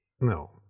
No